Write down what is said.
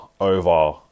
over